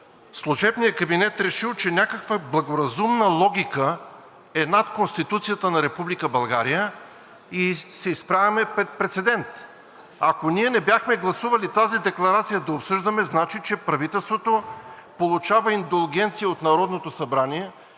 Служебният кабинет решил, че някаква благоразумна логика е над Конституцията на Република България и се изправяме пред прецедент. Ако ние не бяхме гласували да обсъждаме тази декларация, значи, че правителството получава индулгенция от Народното събрание,